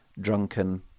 drunken